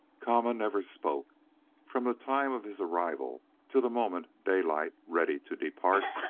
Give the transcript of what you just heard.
kama never spoke from the time of his arrival till the moment daylight, ready to depart,